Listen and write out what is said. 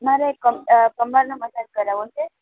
મારે કમ કમરનો મસાજ કરાવવો છે